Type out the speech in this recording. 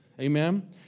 Amen